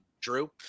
drew